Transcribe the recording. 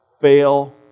fail